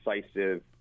decisive